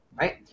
right